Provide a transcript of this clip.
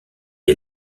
des